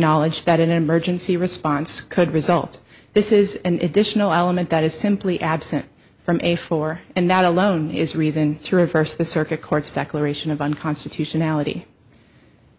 knowledge that an emergency response could result this is an additional element that is simply absent from a four and that alone is reason to reverse the circuit court's declaration of unconstitutionality